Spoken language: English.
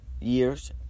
years